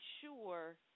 sure